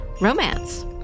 romance